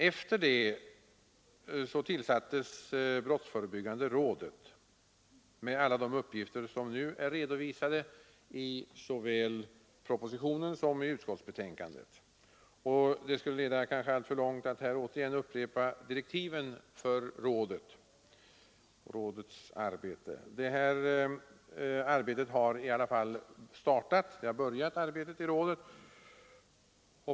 Efter detta tillsattes brottsförebyggande rådet med alla de uppgifter som nu är redovisade i såväl propositionen som utskottsbetänkandet. Det skulle leda alltför långt att här återigen upprepa direktiven för rådet. Detta har börjat sitt arbete.